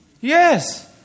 Yes